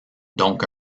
donc